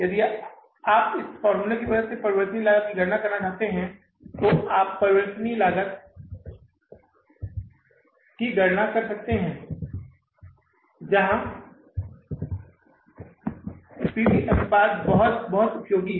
यदि आप इस फ़ॉर्मूले की मदद से परिवर्तनीय लागत की गणना करना चाहते हैं तो आप परिवर्तनीय लागत की गणना भी कर सकते हैं जहां P V अनुपात बहुत बहुत उपयोगी है